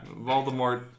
Voldemort